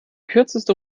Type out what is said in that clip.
kürzeste